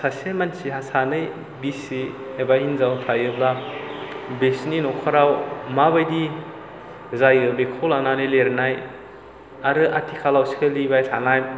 सासे मानसिहा सानै बिसि एबा हिनजाव थायोब्ला बिसोरनि न'खराव माबायदि जायो बेखौ लानानै लिरनाय आरो आथिखालाव सोलिबाय थानाय